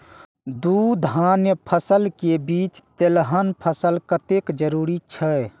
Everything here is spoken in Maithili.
दू धान्य फसल के बीच तेलहन फसल कतेक जरूरी छे?